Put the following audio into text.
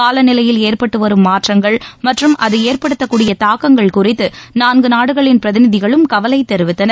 காலநிலையில் ஏற்பட்டு வரும் மாற்றங்கள் மற்றும் அது ஏற்படுத்தக்கூடிய தக்கங்கள் குறித்து நான்கு நாடுகளின் பிரதிநிதிகளும் கவலை தெரிவித்தனர்